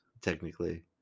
technically